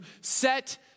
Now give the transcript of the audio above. set